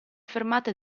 fermate